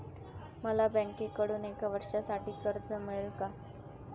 मला बँकेकडून एका वर्षासाठी कर्ज मिळेल का?